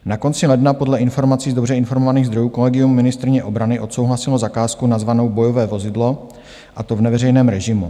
Na konci ledna podle informací z dobře informovaných zdrojů kolegium ministryně obrany odsouhlasilo zakázku nazvanou Bojové vozidlo, a to v neveřejném režimu.